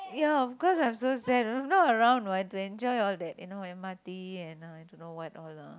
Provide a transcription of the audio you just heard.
ya of course I'm so sad I'm not around what to enjoy all that you know m_r_t and I don't know what all lah